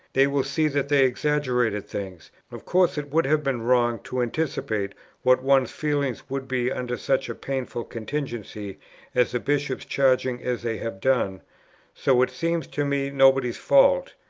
they will see that they exaggerated things. of course it would have been wrong to anticipate what one's feelings would be under such a painful contingency as the bishops' charging as they have done so it seems to me nobody's fault.